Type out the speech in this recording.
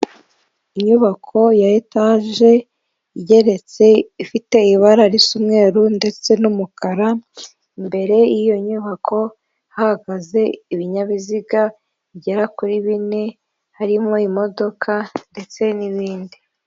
Inyubako ya etaje igeretse ifite ibara risa umweru ndetse n'umukara, imbere y'iyo nyubako hahagaze ibinyabiziga bigera kuri bine, harimo imodoka ndetse n'ibindi.